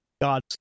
God's